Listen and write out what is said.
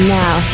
now